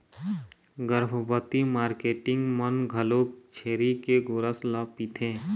गरभबती मारकेटिंग मन घलोक छेरी के गोरस ल पिथें